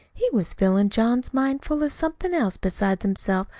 he was fillin' john's mind full of somethin' else beside himself,